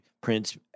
Prince